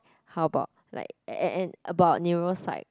how about like a~ a~ and about neuro side